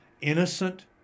innocent